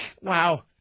Wow